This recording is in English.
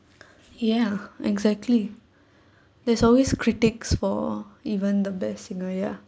ya exactly there's always critics for even the best singer ya